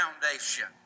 foundation